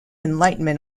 enlightenment